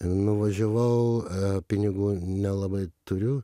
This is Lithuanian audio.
nuvažiavau pinigų nelabai turiu